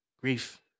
grief